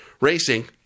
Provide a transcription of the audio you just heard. racing